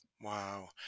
Wow